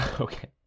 okay